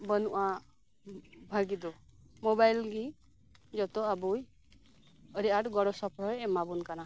ᱵᱟᱹᱱᱩᱜᱼᱟ ᱵᱷᱟᱜᱤ ᱫᱚ ᱢᱚᱵᱟᱭᱤᱞ ᱜᱮ ᱡᱚᱛᱚ ᱟᱵᱚᱭ ᱟᱹᱰᱤ ᱟᱸᱴ ᱜᱚᱲᱚ ᱥᱚᱯᱚᱦᱚᱫ ᱮ ᱮᱢᱟᱵᱚᱱ ᱠᱟᱱᱟ